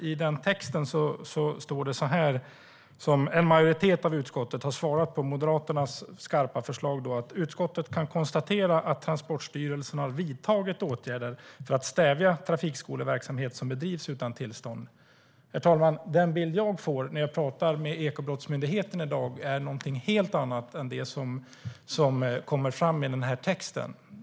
I den text där majoriteten i utskottet svarar på Moderaternas skarpa förslag heter det: "Utskottet kan konstatera att Transportstyrelsen har vidtagit åtgärder för att stävja trafikskoleverksamhet som bedrivs utan tillstånd." Den bild jag får när jag talar med Ekobrottsmyndigheten är något helt annat än det som kommer fram i denna text.